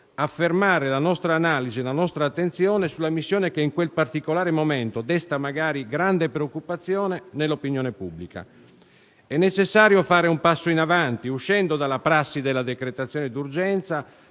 soffermare la nostra analisi ed attenzione sulla missione che in quel particolare momento desta grande preoccupazione nell'opinione pubblica. È necessario fare un passo in avanti, uscendo dalla prassi della decretazione d'urgenza